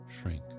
shrink